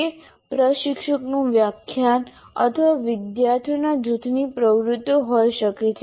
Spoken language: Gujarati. તે પ્રશિક્ષકનું વ્યાખ્યાન અથવા વિદ્યાર્થીઓના જૂથની પ્રવૃત્તિઓ હોઈ શકે છે